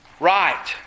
Right